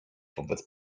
wobec